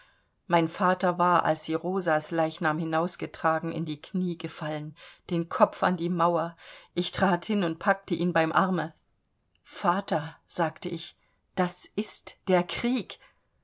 mein vater war als sie rosas leichnam hinausgetragen in die knie gefallen den kopf an die mauer ich trat hin und packte ihn beim arme vater sagte ich das ist der krieg